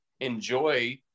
enjoy